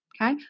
okay